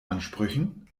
ansprüchen